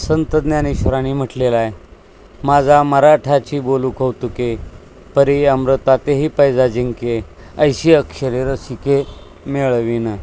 संतज्ञानेश्वरानी म्हटलेलं आहे माझ्या मराठीची बोलू कौतुके परि अमृतातेही पैजा जिंके ऐसी अक्षरे रसिके मेळवीन